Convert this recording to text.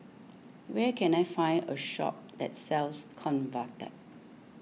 where can I find a shop that sells Convatec